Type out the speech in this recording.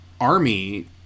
army